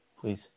please